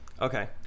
Okay